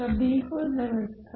सभी को नमस्कार